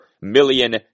million